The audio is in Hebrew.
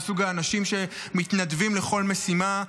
מסוג האנשים שמתנדבים לכל משימה,